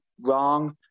wrong